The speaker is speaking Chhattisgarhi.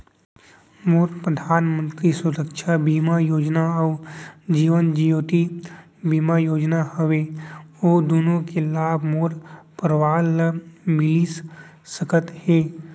मोर परधानमंतरी सुरक्षा बीमा योजना अऊ जीवन ज्योति बीमा योजना हवे, का दूनो के लाभ मोर परवार ल मिलिस सकत हे?